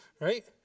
right